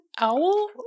owl